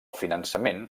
finançament